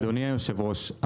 אדוני היושב-ראש,